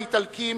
האיטלקים,